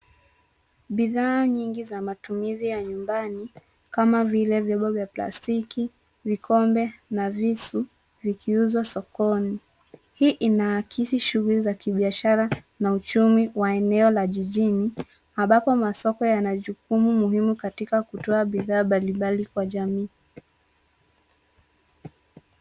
Bidhaa nyingi za matumizi ya nyumbani, kama vile vyombo vya plastiki, vikombe na visu vikiuzwa sokoni. Hii inaakisi shughuli za kibiashara na uchumi wa eneo la jijini ambapo masoko yana jukumu muhimu katika kutoa bidhaa mbalimbali kwa jamii.